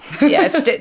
Yes